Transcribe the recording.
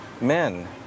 men